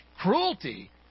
cruelty